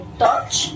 touch